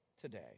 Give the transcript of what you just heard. today